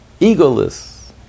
egoless